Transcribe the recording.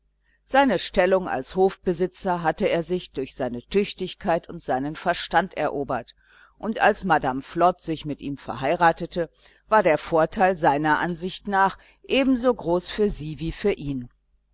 seine stellung als hofbesitzer hatte er sich durch seine tüchtigkeit und seinen verstand erobert und als madame flod sich mit ihm verheiratete war der vorteil seiner ansicht nach ebenso groß für sie wie für ihn